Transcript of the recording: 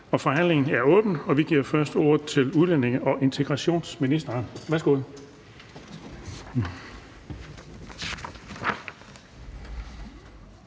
Forhandlingen er åbnet, og vi giver først ordet til udlændinge- og integrationsministeren. Værsgo.